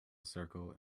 circle